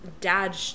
Dad